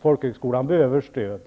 Folkhögskolan behöver stöd.